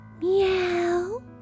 Meow